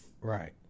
Right